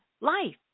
life